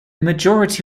majority